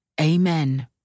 Amen